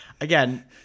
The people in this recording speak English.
Again